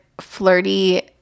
flirty